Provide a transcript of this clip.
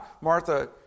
Martha